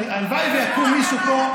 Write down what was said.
הלוואי ויקום מישהו פה,